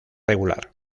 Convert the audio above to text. regular